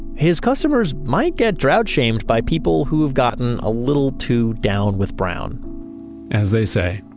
his customers might get drought-shamed by people who have gotten a little too down with brown as they say,